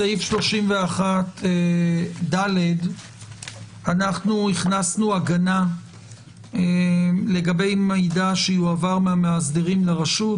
בסעיף 31ד הכנסנו הגנה לגבי מידע שיועבר מהמאסדרים לרשת,